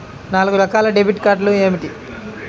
నాలుగు రకాల డెబిట్ కార్డులు ఏమిటి?